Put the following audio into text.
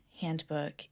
handbook